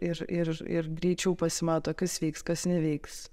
ir ir ir greičiau pasimato kas veiks kas neveiks